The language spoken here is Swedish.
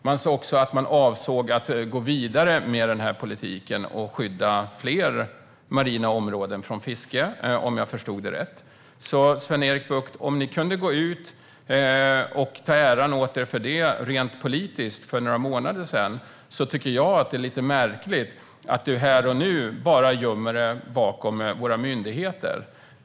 Man sa också att man avsåg att gå vidare med den politiken och skydda fler marina områden från fiske, om jag förstod det rätt. Sven-Erik Bucht! Om ni rent politiskt kunde ta åt er äran för detta för några månader sedan tycker jag att det är lite märkligt att du här och nu bara gömmer dig bakom våra myndigheter.